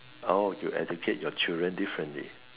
oh you educate your children differently